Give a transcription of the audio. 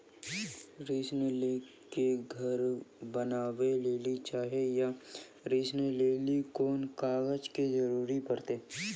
ऋण ले के घर बनावे लेली चाहे या ऋण लेली कोन कागज के जरूरी परतै?